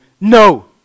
no